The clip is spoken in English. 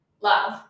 love